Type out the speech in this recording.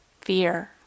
fear